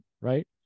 right